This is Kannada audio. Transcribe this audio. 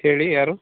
ಹೇಳಿ ಯಾರು